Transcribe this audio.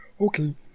okay